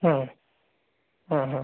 হুম হুম হুম